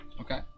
Okay